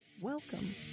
Welcome